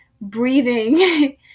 breathing